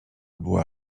była